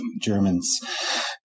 Germans